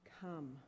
come